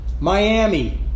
Miami